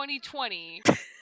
2020